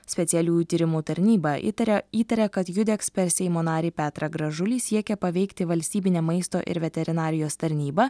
specialiųjų tyrimų tarnyba įtaria įtaria kad judeks per seimo narį petrą gražulį siekė paveikti valstybinę maisto ir veterinarijos tarnybą